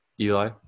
Eli